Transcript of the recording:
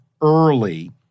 early